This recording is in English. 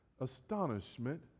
astonishment